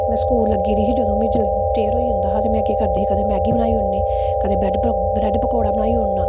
में स्कूल लग्गी दी ही जदूं में जदूं चिर होई जंदा हा तेे में केह् करनी कदें मैगी बनाई उड़नी कदें ब ब्रेड पकौड़ा बनाई उड़ना